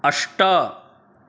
अष्ट